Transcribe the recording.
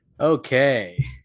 Okay